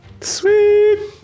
Sweet